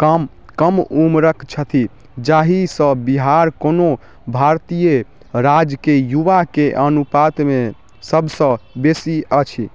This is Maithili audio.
कम कम उम्रक छथि जाहिसँ बिहार कोनो भारतीय राज्यके युवाके अनुपातमे सबसँ बेसी अछि